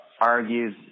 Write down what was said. Argues